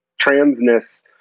transness